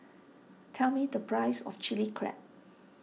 tell me the price of Chilli Crab